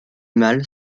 mâle